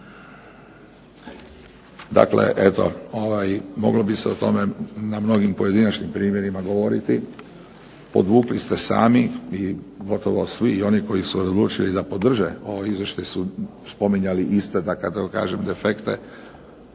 Dakle, moglo bi se na mnogim pojedinačnim primjerima govoriti. Podvukli ste sami i gotovo svi i oni koji su odlučili da podrže ovo izvješće su spominjali isto tako defekte.